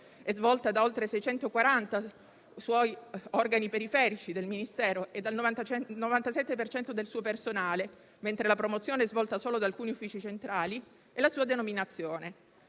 e svolta da oltre 640 organi periferici del Ministero e dal 97 per cento del suo personale (mentre la promozione è svolta solo da alcuni uffici centrali), e la sua denominazione.